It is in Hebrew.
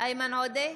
איימן עודה,